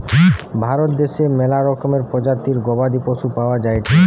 ভারত দ্যাশে ম্যালা রকমের প্রজাতির গবাদি পশু পাওয়া যায়টে